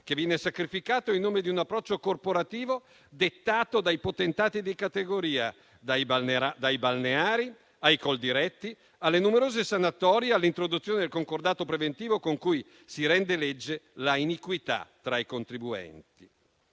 che viene sacrificata in nome di un approccio corporativo dettato dai potentati di categoria, dai balneari ai Coldiretti, alle numerose sanatorie, all'introduzione del concordato preventivo con cui si rende legge la iniquità tra i contribuenti.